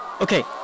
Okay